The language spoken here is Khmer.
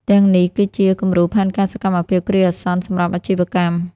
ទាំងនេះគឺជា គំរូផែនការសកម្មភាពគ្រាអាសន្នសម្រាប់អាជីវកម្ម។